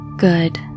good